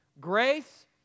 grace